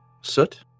Soot